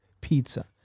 Pizza